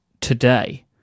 today